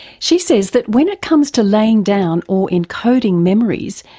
she says that when it comes to laying down or encoding memories,